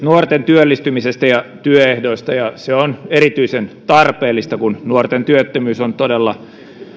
nuorten työllistymisestä ja työehdoista ja se on erityisen tarpeellista kun nuorten työttömyys on todella